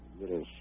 little